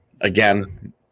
Again